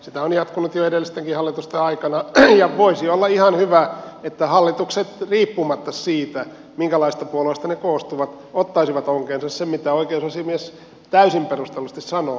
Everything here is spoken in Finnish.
sitä on jatkunut jo edellistenkin hallitusten aikana ja voisi olla ihan hyvä että hallitukset riippumatta siitä minkälaisista puoleista ne koostuvat ottaisivat onkeensa sen mitä oikeusasiamies täysin perustellusti sanoo